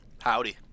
Howdy